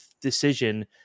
decision